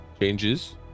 changes